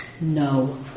no